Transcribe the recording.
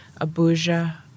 Abuja